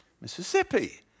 Mississippi